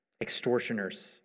extortioners